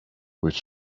which